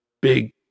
big